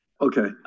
Okay